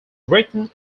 written